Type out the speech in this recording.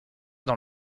dans